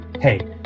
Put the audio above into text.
Hey